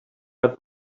but